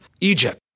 Egypt